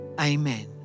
Amen